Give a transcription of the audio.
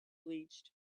bleached